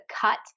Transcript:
cut